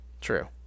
True